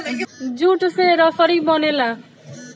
jute से रसरी बनेला